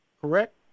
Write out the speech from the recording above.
correct